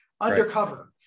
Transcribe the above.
undercover